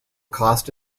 cost